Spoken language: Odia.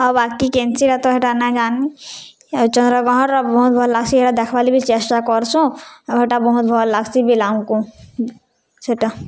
ଆଉ ବାକି କେନ୍ସିଟା ତ ହେଟା ନାଏ ଯାନି ଆଉ ଚନ୍ଦ୍ରଗ୍ରହଣ୍ର ବହୁତ୍ ଭଲ୍ ଲାଗ୍ସି ହେଟା ଦେଖ୍ବାର୍ ଲାଗି ବି ଚେଷ୍ଟା କର୍ସୁଁ ଆଉ ହେଟା ବହୁତ୍ ଭଲ୍ ଲାଗ୍ସି ବି ଆମ୍କୁ ସେଟା